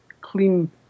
clean